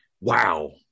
Wow